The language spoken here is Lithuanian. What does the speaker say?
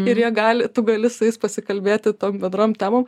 ir jie gali tu gali su jais pasikalbėti tom bendrom temom